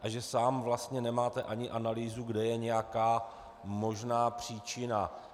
A že sám vlastně ani nemáte analýzu, kde je nějaká možná příčina.